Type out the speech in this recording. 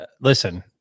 Listen